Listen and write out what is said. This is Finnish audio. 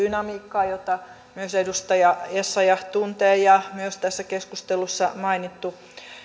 dynamiikkaa jota tuntevat edustaja essayah ja myös tässä keskustelussa mainittu